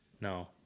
No